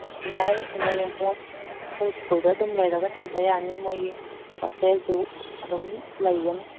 ꯌꯥꯏ eleven twelve ꯑꯩꯈꯣꯏ ꯁ꯭ꯀꯨꯜꯗ ꯑꯗꯨꯝ ꯂꯩꯔꯒ ꯇꯝꯕ ꯌꯥꯅꯤ ꯃꯣꯏꯒꯤ ꯍꯣꯁꯇꯦꯜꯁꯨ ꯑꯗꯨꯝ ꯂꯩꯒꯅꯤ